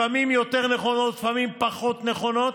לפעמים יותר נכונות, לפעמים פחות נכונות,